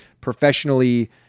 professionally